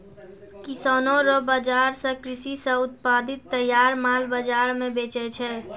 किसानो रो बाजार से कृषि से उत्पादित तैयार माल बाजार मे बेचै छै